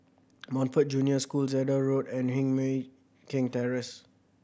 Montfort Junior School Zehnder Road and Heng Mui Keng Terrace